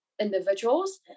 individuals